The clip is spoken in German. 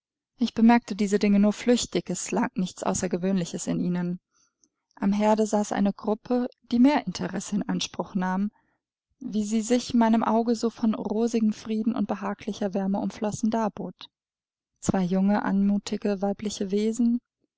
ich bemerkte diese dinge nur flüchtig es lag nichts außergewöhnliches in ihnen am herde saß eine gruppe die mehr interesse in anspruch nahm wie sie sich meinem auge so von rosigem frieden und behaglicher wärme umflossen darbot zwei junge anmutige weibliche wesen